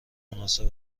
مناسب